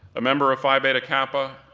a member of phi beta kappa,